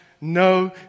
no